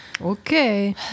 Okay